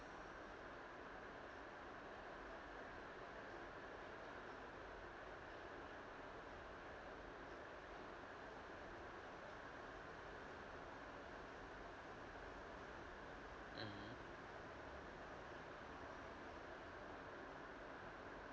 mmhmm